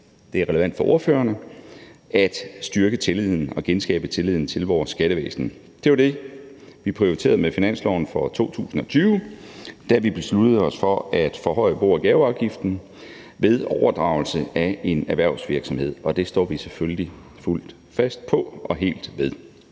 det er relevant for ordførerne – ved at styrke tilliden og genskabe tilliden til vores skattevæsen. Det var det, vi prioriterede med finansloven for 2020, da vi besluttede os for at forhøje bo- og gaveafgiften ved overdragelse af en erhvervsvirksomhed, og det står vi selvfølgelig fuldt fast på og helt ved.